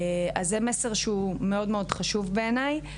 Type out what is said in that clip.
אז זה מסר שהוא חשוב מאוד בעיניי.